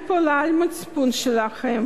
אני פונה אל המצפון שלכם,